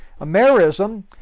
Amerism